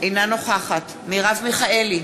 אינה נוכחת מרב מיכאלי,